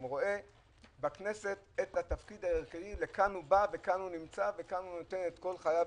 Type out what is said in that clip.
הוא בא, וכאן הוא נמצא ונותן את כל חייו.